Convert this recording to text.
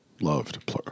loved